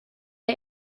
der